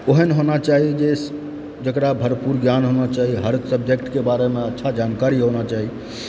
ओहन होना चाही जे जेकरा भरपूर ज्ञान होना चाही हर सब्जेक्टके बारेमऽ अच्छा जानकारी होना चाही